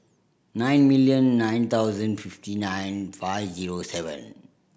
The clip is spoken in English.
nine million nine thousand fifty nine five zero seven